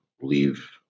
leave